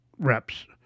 reps